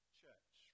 church